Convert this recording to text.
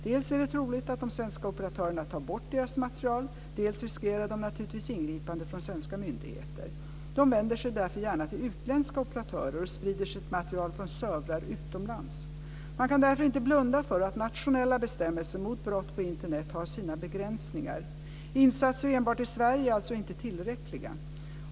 Dels är det troligt att de svenska operatörerna tar bort deras material, dels riskerar de naturligtvis ingripanden från svenska myndigheter. De vänder sig därför gärna till utländska operatörer och sprider sitt material från servrar utomlands. Man kan därför inte blunda för att nationella bestämmelser mot brott på Internet har sina begränsningar. Insatser enbart i Sverige är alltså inte tillräckliga.